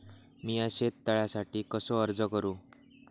मीया शेत तळ्यासाठी कसो अर्ज करू?